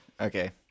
Okay